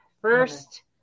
first